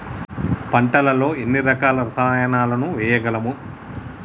పంటలలో ఎన్ని రకాల రసాయనాలను వేయగలము?